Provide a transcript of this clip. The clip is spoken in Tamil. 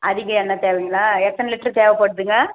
அதுக்கு எண்ணெய் தேவைங்களா எத்தனை லிட்ரு தேவைப்பட்துங்க